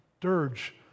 dirge